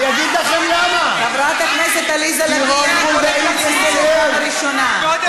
למה אתה פונה אלינו?